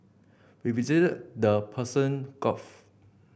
we visited the Persian Gulf